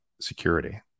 security